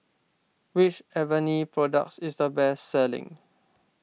which Avene product is the best selling